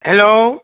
hello